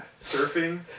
Surfing